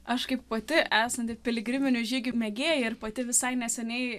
aš kaip pati esanti piligriminių žygių mėgėja ir pati visai neseniai